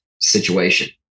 situation